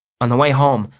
on the way home,